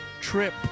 trip